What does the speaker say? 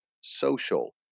social